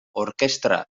orkestra